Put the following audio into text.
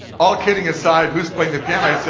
all kidding aside, who's playing the piano?